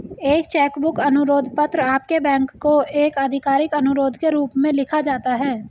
एक cheque book अनुरोध पत्र आपके बैंक को एक आधिकारिक अनुरोध के रूप में लिखा जाता है